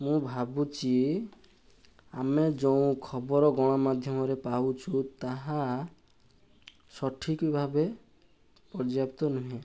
ମୁଁ ଭାବୁଛି ଆମେ ଯେଉଁ ଖବର ଗଣମାଧ୍ୟମରେ ପାଉଛୁ ତାହା ସଠିକ ଭାବେ ପର୍ଯ୍ୟାପ୍ତ ନୁହେଁ